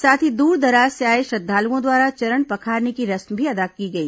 साथ ही दूरदराज से आए श्रद्धालुओं द्वारा चरण पखारने की रस्म भी अदा की गई